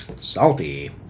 Salty